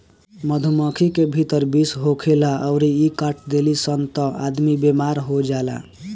मधुमक्खी के भीतर विष होखेला अउरी इ काट देली सन त आदमी बेमार हो जाला